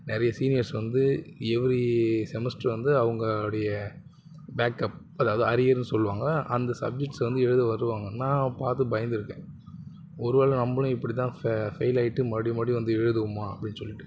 நிறைய சீனியர்ஸ் வந்து every semester வந்து அவங்களுடைய பேக்கப் அதாவது அரியர்னு சொல்லுவாங்க அந்த சப்ஜெக்ட்ஸை வந்து எழுத வருவாங்க நான் பார்த்து பயந்திருக்கேன் ஒரு வேளை நம்மளும் இப்படிதான் ஃபெ ஃபெயில் ஆகிட்டு மறுபடியும் மறுபடியும் வந்து எழுதுவோமா அப்படின்னு சொல்லிவிட்டு